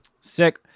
Sick